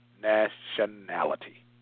nationality